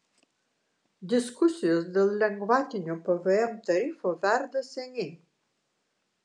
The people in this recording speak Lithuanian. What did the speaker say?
diskusijos dėl lengvatinio pvm tarifo verda seniai